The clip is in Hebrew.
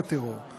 לפי המלצת